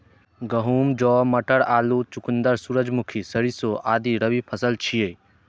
गहूम, जौ, मटर, आलू, चुकंदर, सूरजमुखी, सरिसों आदि रबी फसिल छियै